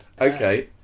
okay